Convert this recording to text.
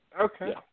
Okay